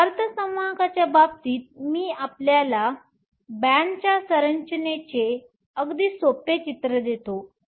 तर अर्धसंवाहकांच्या बाबतीत मी आपल्याला बॅण्डच्या संरचनेचे अगदी सोपे चित्र देतो